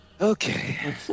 Okay